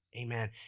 amen